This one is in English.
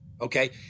Okay